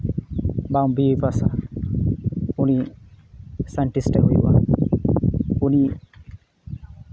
ᱵᱟᱝ ᱵᱤᱭᱮ ᱯᱟᱥᱼᱟ ᱩᱱᱤ ᱥᱟᱭᱮᱱᱥᱴᱤᱥᱴ ᱮ ᱦᱩᱭᱩᱜᱼᱟ ᱩᱱᱤ